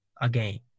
again